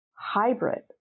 hybrid